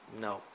No